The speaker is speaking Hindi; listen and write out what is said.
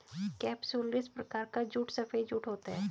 केपसुलरिस प्रकार का जूट सफेद जूट होता है